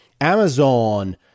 amazon